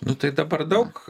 nu tai dabar daug